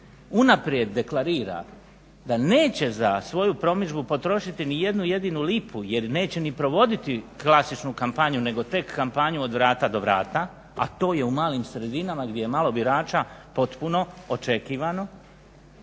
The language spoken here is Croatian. unaprijed deklarira da neće za svoju promidžbu potrošiti nijednu jedinu lipu jer neće ni provoditi klasičnu kampanju nego tek kampanju od vrata do vrata, a to je u malim sredinama gdje je malo birača potpuno očekivano,